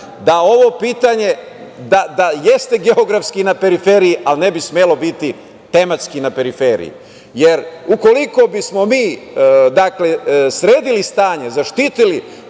da ovo pitanje jeste geografski na periferiji, ali ne bi smelo biti tematski na periferiji, jer u koliko bi smo mi sredili stanje, zaštitili